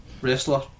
wrestler